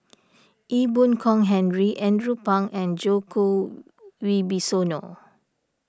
Ee Boon Kong Henry Andrew Phang and Djoko Wibisono